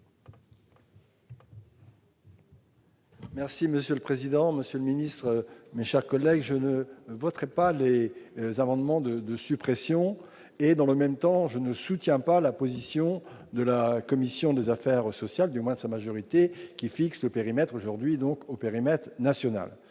Merci monsieur le président, Monsieur le ministre mais, chers collègues, je ne voterai pas les amendements de de suppression et dans le même temps, je ne soutiens pas la position de la commission des affaires sociales, du moins de sa majorité qui fixe le périmètre aujourd'hui donc au périmètre national.